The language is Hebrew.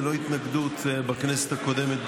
ללא התנגדות בכנסת הקודמת,